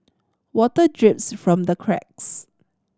water drips from the cracks